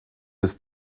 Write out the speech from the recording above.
des